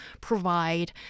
provide